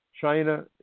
China